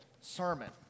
sermon